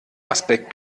aspekt